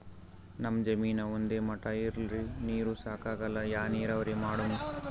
ನಮ್ ಜಮೀನ ಒಂದೇ ಮಟಾ ಇಲ್ರಿ, ನೀರೂ ಸಾಕಾಗಲ್ಲ, ಯಾ ನೀರಾವರಿ ಮಾಡಮು?